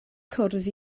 cwrdd